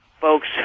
folks